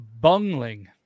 bungling